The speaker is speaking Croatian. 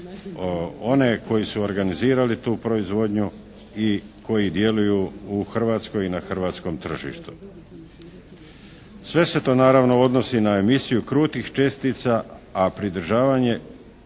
one koji su organizirali tu proizvodnju i koji djeluju u Hrvatskoj i na hrvatskom tržištu. Sve se to naravno odnosi na emisiju krutih čestica, a pridržavanje